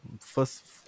First